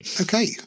Okay